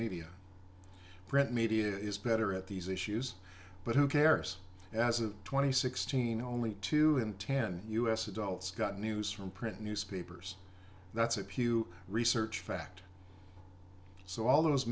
media print media is better at these issues but who cares as of twenty sixteen only two in ten us adults got news from print newspapers that's a pew research fact so all those